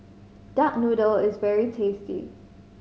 duck noodle is very tasty